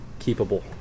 keepable